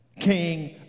king